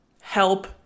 help